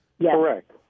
Correct